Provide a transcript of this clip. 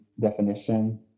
definition